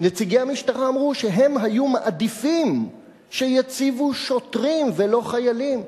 נציגי המשטרה אמרו שהם היו מעדיפים שיציבו שוטרים ולא חיילים,